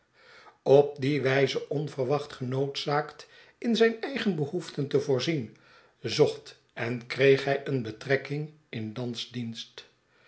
op die wijze onverwacht genoodzaakt in zijn eigen behoeften te voorzien zocht en kreeg hij een betrekking in lands dienst